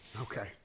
Okay